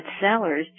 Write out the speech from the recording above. sellers